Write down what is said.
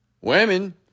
Women